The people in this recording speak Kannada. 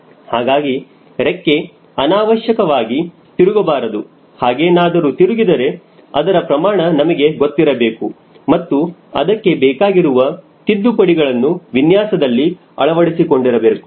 ಹಾಗಾಗಿ ರೆಕ್ಕೆ ಅನಾವಶ್ಯಕವಾಗಿ ತಿರುಗಬಾರದು ಹಾಗೇನಾದರೂ ತಿರುಗಿದರೆ ಅದರ ಪ್ರಮಾಣ ನಮಗೆ ಗೊತ್ತಿರಬೇಕು ಮತ್ತು ಅದಕ್ಕೆ ಬೇಕಾಗಿರುವ ತಿದ್ದುಪಡಿಗಳನ್ನು ವಿನ್ಯಾಸದಲ್ಲಿ ಅಳವಡಿಸಿಕೊಂಡಿರಬೇಕು